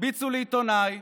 הרביצו לעיתונאי,